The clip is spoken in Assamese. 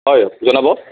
হয় জনাব